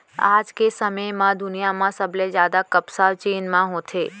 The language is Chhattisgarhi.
आज के समे म दुनिया म सबले जादा कपसा चीन म होथे